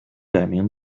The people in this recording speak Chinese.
改名